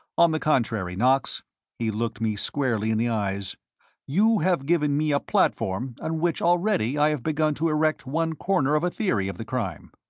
on the contrary, knox he looked me squarely in the eyes you have given me a platform on which already i have begun to erect one corner of a theory of the crime.